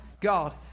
God